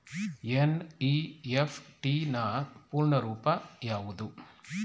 NEFT ನ ಪೂರ್ಣ ರೂಪ ಯಾವುದು?